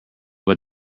but